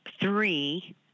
three